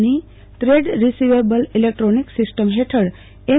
ની trade receivable electronic system હેઠળએમ